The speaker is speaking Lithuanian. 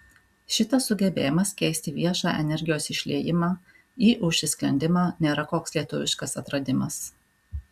šitas sugebėjimas keisti viešą energijos išliejimą į užsisklendimą nėra koks lietuviškas atradimas